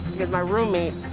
because my roommate,